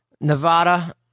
Nevada